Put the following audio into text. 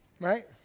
Right